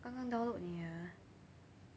刚刚 download nia